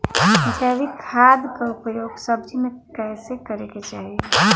जैविक खाद क उपयोग सब्जी में कैसे करे के चाही?